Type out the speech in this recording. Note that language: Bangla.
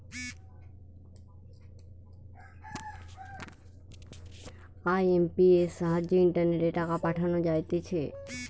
আই.এম.পি.এস সাহায্যে ইন্টারনেটে টাকা পাঠানো যাইতেছে